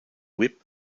whip